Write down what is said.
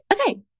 okay